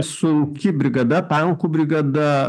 sunki brigada tankų brigada